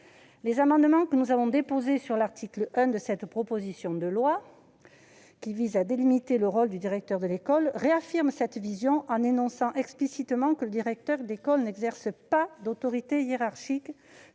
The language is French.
Les amendements que nous avons déposés sur l'article 1 de cette proposition de loi qui vise à délimiter le rôle du directeur d'école tendent à réaffirmer cette vision, en énonçant explicitement que le directeur d'école n'exerce pas d'autorité hiérarchique